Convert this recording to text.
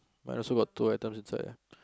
mine also got two items inside ah